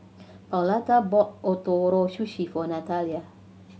Pauletta bought Ootoro Sushi for Nathalia